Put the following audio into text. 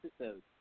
episodes